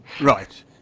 Right